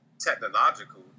technological